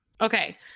Okay